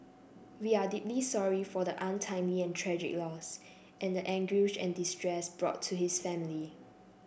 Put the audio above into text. we are deeply sorry for the untimely and tragic loss and the anguish and distress brought to his family